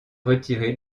retirée